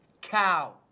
cow